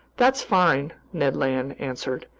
that's fine, ned land answered.